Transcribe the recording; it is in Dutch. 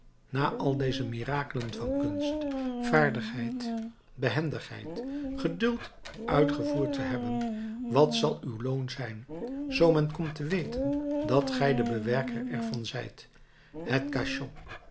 na al deze mirakelen van kunst vaardigheid behendigheid geduld uitgevoerd te hebben wat zal uw loon zijn zoo men komt te weten dat gij de bewerker er van zijt het